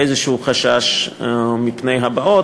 ובאיזשהו חשש מפני הבאות.